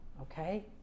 okay